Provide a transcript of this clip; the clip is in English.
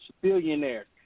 billionaires